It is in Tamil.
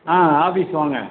ஆ ஆஃபீஸ் வாங்க